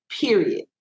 Period